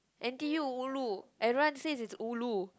n_t_u ulu everyone says it's ulu